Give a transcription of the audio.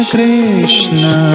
Krishna